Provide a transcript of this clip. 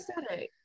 aesthetic